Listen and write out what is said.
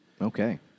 Okay